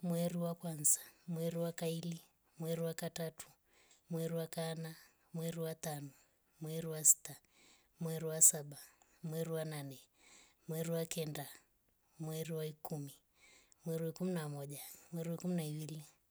Mweru wa kwanza. mweru wa kaili. mweru wa katatu. mweru wa kaana. mweru wa tano. mweru wa sita. mweru wa saba. mweru wa kenda. mweru wa ikumi. mweri wa ikumi na moja. mweru wa ikumi na ivili